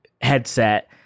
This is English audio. headset